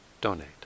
donate